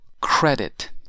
credit